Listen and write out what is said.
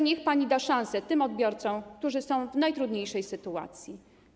Niech pani da szansę tym odbiorcom, którzy są w najtrudniejszej sytuacji.